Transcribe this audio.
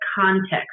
context